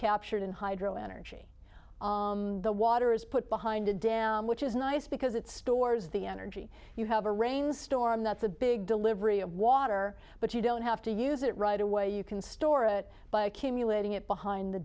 captured in hydro energy the water is put behind a dam which is nice because it stores the energy you have a rain storm that's a big delivery of water but you don't have to use it right away you can store it by accumulating it behind the